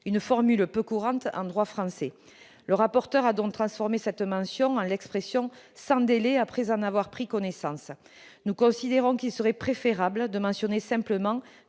une formule peu courante en droit français. Le rapporteur lui a donc préféré l'expression « sans délai après en avoir pris connaissance ». Nous considérons qu'il serait préférable de mentionner simplement